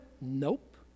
Nope